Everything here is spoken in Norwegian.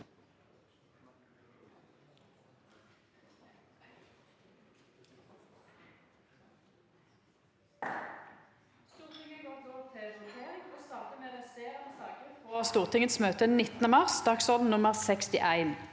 Stortingets møte 19. mars, dagsorden nr. 61.